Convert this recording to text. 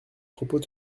propos